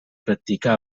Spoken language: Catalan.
practicar